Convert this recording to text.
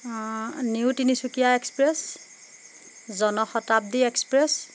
new Tinsukia express Janshatabdi express